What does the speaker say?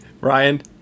Ryan